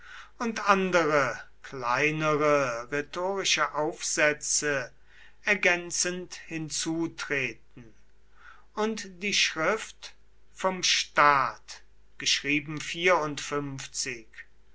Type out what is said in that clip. und andere kleinere rhetorische aufsätze ergänzend hinzutreten und die schrift vom staat